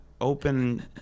open